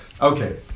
Okay